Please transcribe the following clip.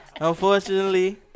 unfortunately